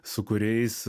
su kuriais